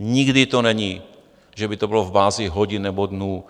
Nikdy to není, že by to bylo v bázi hodin nebo dnů.